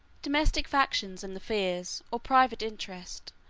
domestic factions, and the fears, or private interest,